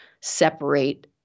separate